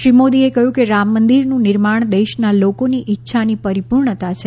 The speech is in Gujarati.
શ્રી મોદીએ કહ્યું કે રામ મંદિરનું નિર્માણ દેશના લોકોની ઇચ્છાની પરિપૂર્ણતા છે